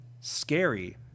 scary